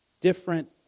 different